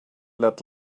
let